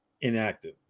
inactive